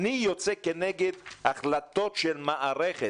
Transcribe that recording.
אני יוצא כנגד החלטות של מערכת,